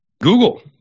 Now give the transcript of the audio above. Google